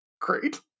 great